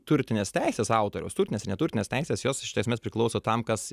turtinės teisės autoriaus turtinės ir neturtinės teisės jos iš esmės priklauso tam kas